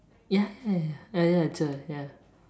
ya ya ya ya ya it's a ya